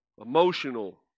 emotional